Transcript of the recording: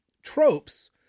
tropes